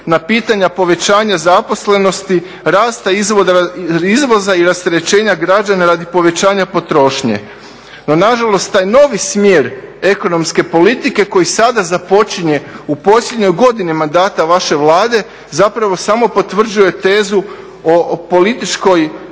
na pitanja povećanja zaposlenosti, rasta izvoza i rasterećenja građana radi povećanja potrošnje. No nažalost taj novi smjer ekonomske politike koji sada započinje u posljednjoj godini mandata vaše Vlade zapravo samo potvrđuje tezu o političkoj